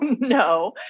no